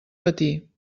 patir